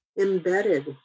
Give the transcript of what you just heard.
embedded